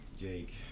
Jake